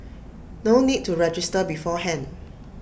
no need to register beforehand